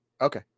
Okay